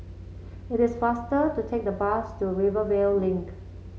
it is faster to take the bus to Rivervale Link